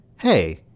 hey